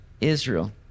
Israel